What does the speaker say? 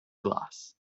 glass